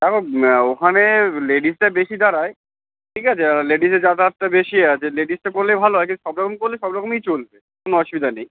দেখো ওখানে লেডিসরা বেশি দাঁড়ায় ঠিক আছে লেডিসের যাতায়াতটা বেশি আছে লেডিসটা করলেই ভালো হয় সব রকম করলে সব রকমই চলবে কোনো অসুবিধা নেই